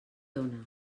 dóna